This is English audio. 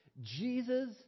Jesus